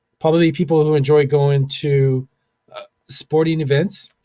probably people who enjoy going to sporting events,